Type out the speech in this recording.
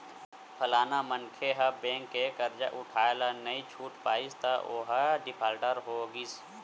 फलाना मनखे ह बेंक के करजा उठाय ल नइ छूट पाइस त ओहा डिफाल्टर हो गिस